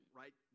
right